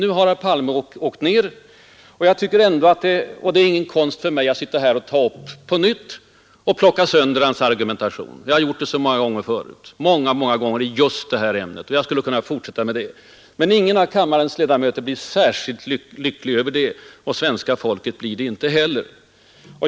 Nu har herr Palme alltså åkt ner från statsmannastegen. Det är ingen konst för mig att plocka sönder hans argumentation — jag har gjort det många gånger förut i just det här ämnet. Jag skulle kunna fortsätta med det. Men ingen av kammarens ledamöter skulle bli särskilt lycklig över det. Och svenska folket blir det inte heller.